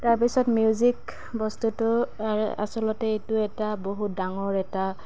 তাৰ পিছত মিউজিক বস্তুটো আচলতে এইটো এটা বহুত ডাঙৰ এটা